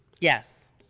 yes